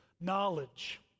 knowledge